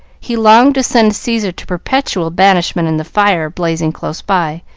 he longed to send caesar to perpetual banishment in the fire blazing close by,